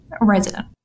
Resident